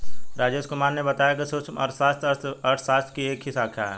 राजेश कुमार ने बताया कि सूक्ष्म अर्थशास्त्र अर्थशास्त्र की ही एक शाखा है